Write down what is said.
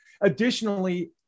Additionally